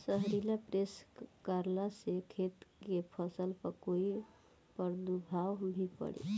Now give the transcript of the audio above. जहरीला स्प्रे करला से खेत के फसल पर कोई दुष्प्रभाव भी पड़ी?